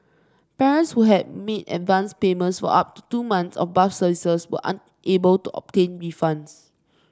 parents who had made advanced payments of up to two months of bus services were unable to obtain refunds